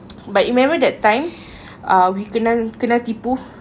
but remember that time we kena kena tipu